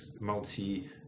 multi